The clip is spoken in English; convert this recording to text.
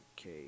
okay